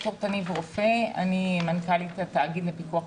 אני אתכנס לנושא של שינויי החקיקה